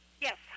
Yes